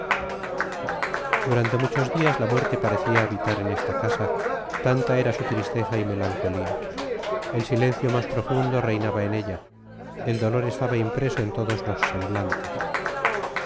durante muchos dias la muerte parecia habitar en esta casa tanta era su tristeza y melancolia el silencio mas profundo reinaba en ella el dolor estaba impreso en todos los semblantes